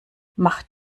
mach